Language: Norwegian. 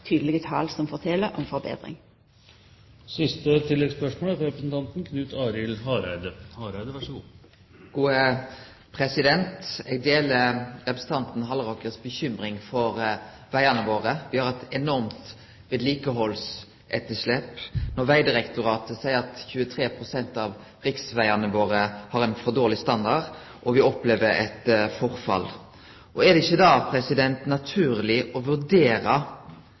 tydelege tal som fortel om forbetring. Knut Arild Hareide – til oppfølgingsspørsmål. Eg deler representanten Halleraker si bekymring for vegane våre. Me har eit enormt vedlikehaldsetterslep. Vegdirektoratet seier at 23 pst. av riksvegane våre har for dårleg standard, og me opplever eit forfall. Er det ikkje da naturleg å